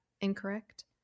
incorrect